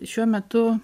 šiuo metu